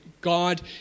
God